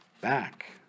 back